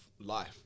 life